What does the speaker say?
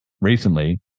recently